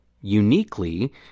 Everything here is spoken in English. uniquely